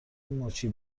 مچی